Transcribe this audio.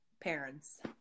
parents